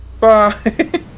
Bye